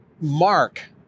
Mark